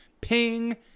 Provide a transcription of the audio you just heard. ping